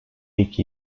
iki